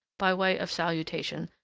by way of salutation,